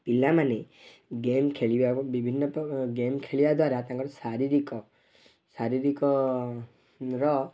ପିଲାମାନେ ଗେମ୍ ଖେଳିବାକୁ ବିଭିନ୍ନ ପ୍ରକା ଗେମ୍ ଖେଳିବା ଦ୍ଵାରା ତାଙ୍କର ଶାରୀରିକ ଶାରୀରିକ ର